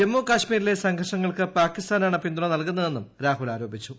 ജമ്മുകാശ്മീരിലെ സംഘർഷങ്ങൾക്ക് പാകിസ്ഥാനാണ് പിന്തുണ നൽകുന്നതെന്നും രാഹുൽ ആരോപിച്ചു